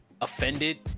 offended